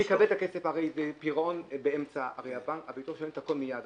הוא יקבל את הכסף, הרי הביטוח משלם את הכל מיד.